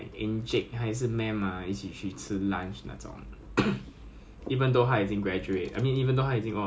什么 oh this encik gonna retire already this encik gonna leave this place soon already you know polaris become under training wing !walao!